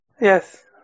Yes